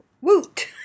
Woot